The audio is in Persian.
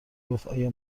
گفتآیا